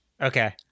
Okay